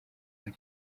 hari